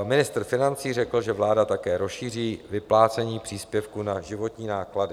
Ministr financí řekl, že vláda také rozšíří vyplácení příspěvku na životní náklady.